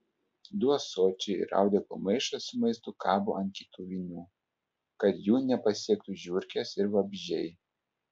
du ąsočiai ir audeklo maišas su maistu kabo ant kitų vinių kad jų nepasiektų žiurkės ir vabzdžiai